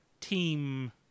team